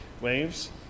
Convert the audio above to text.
waves